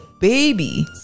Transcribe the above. baby